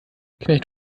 knecht